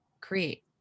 create